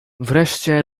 wreszcie